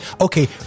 okay